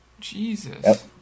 Jesus